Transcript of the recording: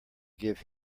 give